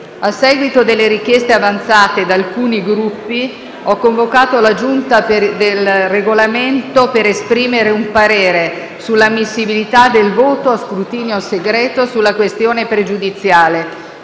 a seguito delle richieste avanzate da alcuni Gruppi, ho convocato la Giunta per il Regolamento per esprimere un parere sull'ammissibilità del voto a scrutinio segreto sulla questione pregiudiziale.